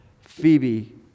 Phoebe